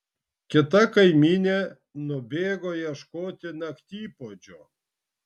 kita kaimynė nubėgo ieškoti naktipuodžio